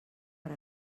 per